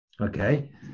okay